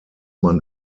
man